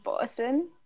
person